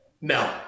no